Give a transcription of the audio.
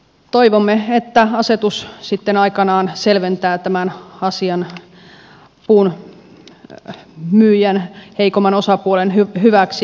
toivomme että asetus sitten aikanaan selventää tämän asian puun myyjän heikomman osapuolen hyväksi